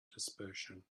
dispersion